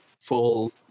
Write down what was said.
full